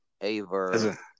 Aver